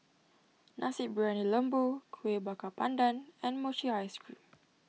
Nasi Briyani Lembu Kueh Bakar Pandan and Mochi Ice Cream